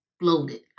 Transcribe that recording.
bloated